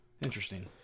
Interesting